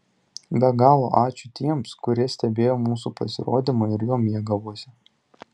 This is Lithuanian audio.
be galo ačiū tiems kurie stebėjo mūsų pasirodymą ir juo mėgavosi